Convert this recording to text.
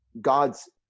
God's